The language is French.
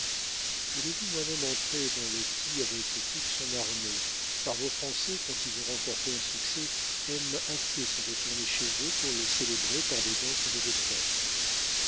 je l'ai vu moi-même entrer dans le ty avec toute son armée car vos français quand ils ont remporté un succès aiment assez s'en retourner chez eux pour le célébrer par des danses et des fêtes